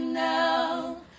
now